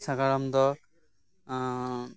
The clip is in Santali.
ᱥᱟᱜᱟᱲᱚᱢ ᱫᱚ